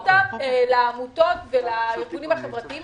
אותם לעמותות ולארגונים החברתיים.